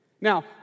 Now